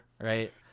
Right